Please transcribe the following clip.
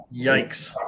yikes